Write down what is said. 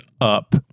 up